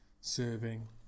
serving